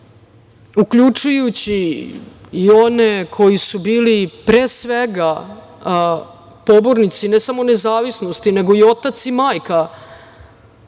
uključujući i one koji su bili, pre svega, pobornici ne samo nezavisnosti, nego i otac i majka